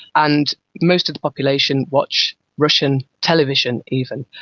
and most of the population watch russian television even.